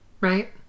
Right